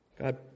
God